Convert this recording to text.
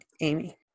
Amy